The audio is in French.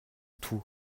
tout